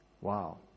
Wow